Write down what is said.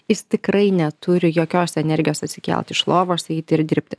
jis tikrai neturi jokios energijos atsikelt iš lovos eit ir dirbti